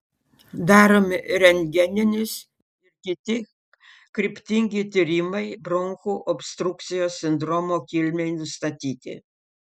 daromi rentgeninis ir kiti kryptingi tyrimai bronchų obstrukcijos sindromo kilmei nustatyti